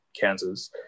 kansas